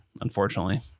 unfortunately